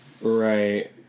Right